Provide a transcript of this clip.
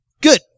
Good